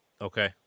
Okay